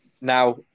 now